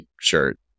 shirt